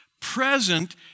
present